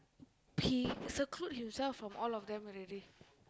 he seclude himself from all of them already